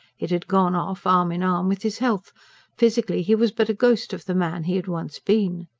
it had gone off arm-in-arm with his health physically he was but a ghost of the man he had once been.